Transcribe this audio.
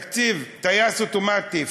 תקציב טייס אוטומטי,